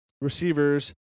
receivers